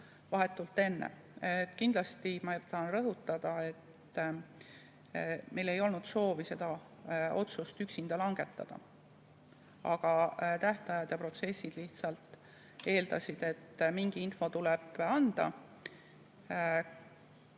vahetult enne. Kindlasti ma tahan rõhutada, et meil ei olnud soovi seda otsust üksinda langetada, aga tähtajad ja protsessid lihtsalt eeldasid, et mingi info tuleb anda.